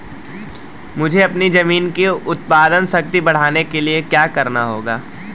मुझे अपनी ज़मीन की उत्पादन शक्ति बढ़ाने के लिए क्या करना होगा?